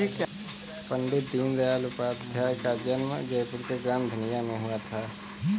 पण्डित दीनदयाल उपाध्याय का जन्म जयपुर के ग्राम धनिया में हुआ था